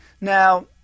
Now